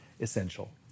Essential